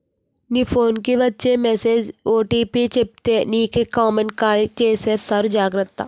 మీ phone కి వచ్చే message OTP చెప్పితే నీకే కామెంటు ఖాళీ చేసేస్తారు జాగ్రత్త